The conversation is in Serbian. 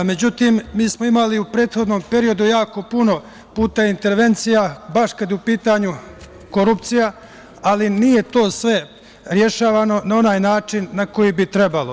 Međutim, mi smo imali u prethodnom periodu jako puno puta intervencije baš kada je u pitanju korupcija, ali nije to sve rešavano na onaj način na koji bi trebalo.